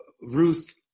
Ruth